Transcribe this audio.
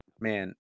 Man